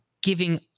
giving